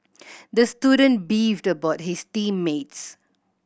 the student beefed about his team mates